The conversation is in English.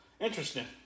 Interesting